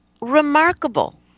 Remarkable